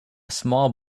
small